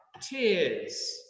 tears